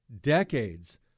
decades